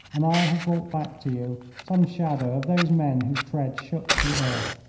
and i have brought back to you some shadow of those men whose tread shook the earth.